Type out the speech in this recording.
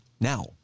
now